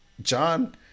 John